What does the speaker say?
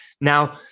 Now